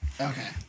okay